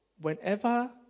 Whenever